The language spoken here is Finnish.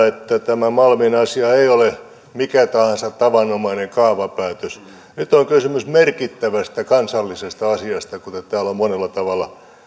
että tämä malmin asia ei ole mikä tahansa tavanomainen kaavapäätös nyt on kysymys merkittävästä kansallisesta asiasta kuten täällä on monella tavalla